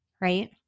right